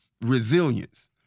resilience